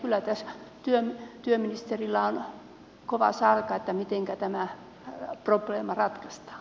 kyllä tässä työministerillä on kova sarka siinä mitenkä tämä probleema ratkaistaan